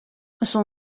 son